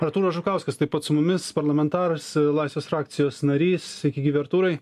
artūras žukauskas taip pat su mumis parlamentaras laisvės frakcijos narys sveiki gyvi artūrai